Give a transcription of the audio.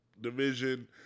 division